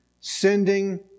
sending